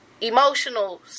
emotional